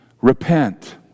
repent